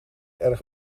erg